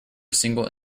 single